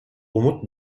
umut